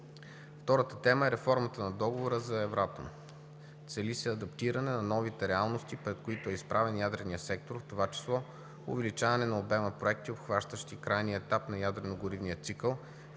Втората тема е реформата на Договора за ЕВРАТОМ. Цели се адаптиране на новите реалности, пред които е изправен ядреният сектор, в това число увеличаване на обема проекти, обхващащи крайния етап от ядрено-горивния цикъл,